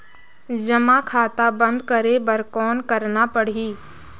जमा खाता बंद करे बर कौन करना पड़ही?